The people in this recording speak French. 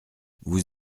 vous